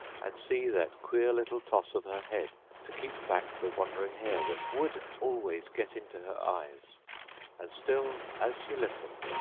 and see that queer little toss of her head to keep back the wandering hair that would always get into her eyes and still as she listened,